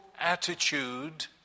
attitude